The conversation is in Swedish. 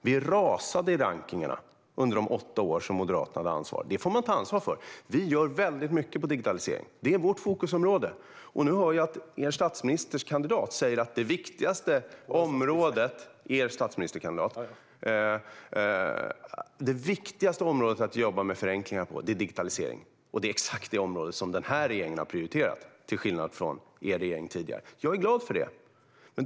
Vi rasade på rankningarna under de åtta år som Moderaterna hade ansvar. Detta får man ta ansvar för. Vi gör väldigt mycket på digitaliseringsområdet. Det är vårt fokusområde. Nu hör jag att er statsministerkandidat säger att digitalisering är det område där det är viktigast att jobba med förenklingar. Det är exakt detta område som denna regering har prioriterat, till skillnad från er tidigare regering. Jag är glad för detta.